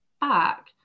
back